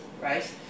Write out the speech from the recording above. right